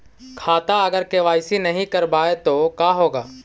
खाता अगर के.वाई.सी नही करबाए तो का होगा?